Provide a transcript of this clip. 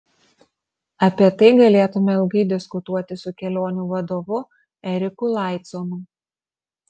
apie tai galėtume ilgai diskutuoti su kelionių vadovu eriku laiconu